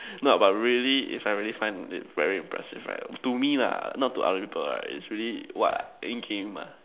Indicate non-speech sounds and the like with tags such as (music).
(breath) no but really if I really find it very impressive right to me lah not to other people right it's really what endgame ah